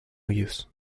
use